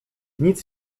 nic